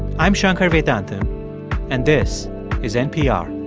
i'm shankar vedantam and this is npr